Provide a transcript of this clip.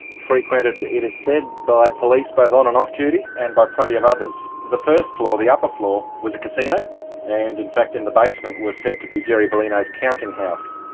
frequented it is said by police both on and off duty and by plenty of others. the first floor, the upper floor, was a casino and in fact in the basement was said to be gerry bellino's counting house.